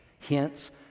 Hence